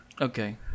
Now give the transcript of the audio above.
Okay